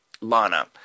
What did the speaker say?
Lana